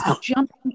jumping